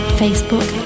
facebook